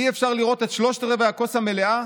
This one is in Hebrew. אי-אפשר לראות את שלושת-רבעי הכוס המלאה?